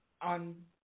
on